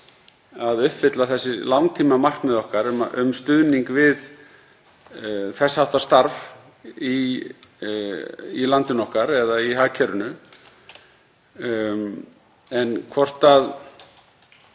að uppfylla þessi langtímamarkmið okkar um stuðning við þess háttar starf í landinu okkar eða í hagkerfinu. En hvort við